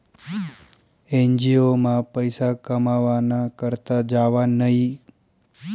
NGO मा पैसा कमावाना करता जावानं न्हयी